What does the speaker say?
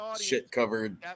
shit-covered